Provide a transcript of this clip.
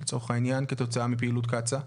לצורך העניין, כתוצאה מפעילות קצא"א?